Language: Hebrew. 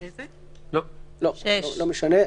לא, לא משנה.